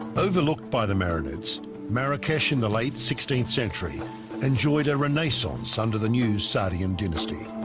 overlooked by the marinades marrakesh in the late sixteenth century enjoyed a renaissance under the new sardian dynasty